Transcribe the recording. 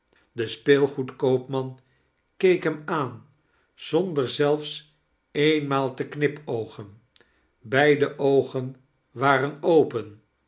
de speelgoedkoopman keek hem aan zonder zelfs eenmaal te knipoogen beide oogen waren open